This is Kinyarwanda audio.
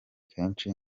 kenshi